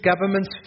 governments